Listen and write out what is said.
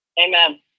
Amen